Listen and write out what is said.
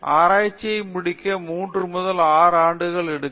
ஆராய்ச்சியை முடிக்க 3 முதல் 6 ஆண்டுகளுக்கு எடுக்கும்